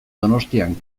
donostian